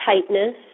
tightness